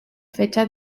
fecha